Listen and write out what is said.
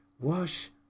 Wash